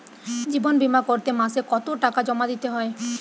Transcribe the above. জীবন বিমা করতে মাসে কতো টাকা জমা দিতে হয়?